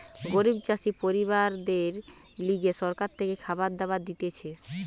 গরিব চাষি পরিবারদের লিগে সরকার থেকে খাবার দাবার দিতেছে